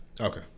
Okay